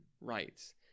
rights